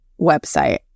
website